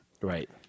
Right